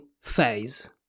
phase